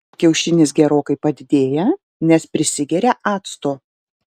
kiaušinis gerokai padidėja nes prisigeria acto